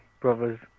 Brothers